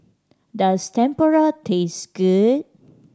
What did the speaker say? does Tempura taste good